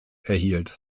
erhielt